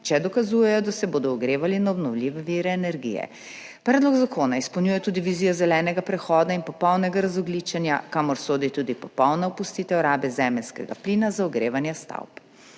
če dokazujejo, da se bodo ogrevali na obnovljive vire energije. Predlog zakona izpolnjuje tudi vizijo zelenega prehoda in popolnega razogljičenja, kamor sodi tudi popolna opustitev rabe zemeljskega plina za ogrevanje stavb.